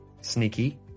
Sneaky